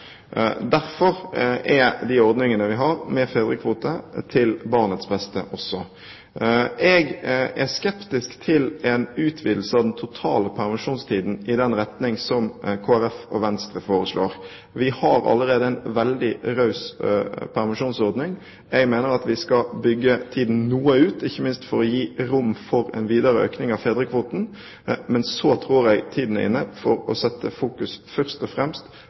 Derfor er de ordningene vi har, med fedrekvote, til barnets beste også. Jeg er skeptisk til en utvidelse av den totale permisjonstiden i den retning som Kristelig Folkeparti og Venstre foreslår. Vi har allerede en veldig raus permisjonsordning. Jeg mener at vi skal bygge ut tiden noe, ikke minst for å gi rom for en videre økning av fedrekvoten, men så tror jeg tiden er inne til først og fremst